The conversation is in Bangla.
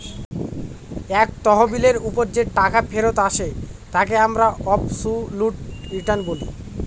এক তহবিলের ওপর যে টাকা ফেরত আসে তাকে আমরা অবসোলুট রিটার্ন বলি